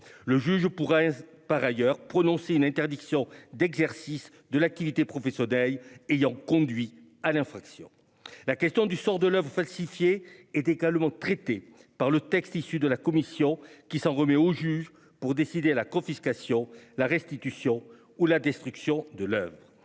Le juge pourra par ailleurs prononcer une interdiction d'exercice de l'activité professionnelle ayant conduit à l'infraction. La question du sort de l'oeuvre falsifiée est également traitée par le texte issu des travaux de la commission, qui s'en remet au juge pour décider la confiscation, la restitution ou la destruction de l'oeuvre.